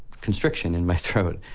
constriction, in my throat.